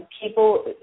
People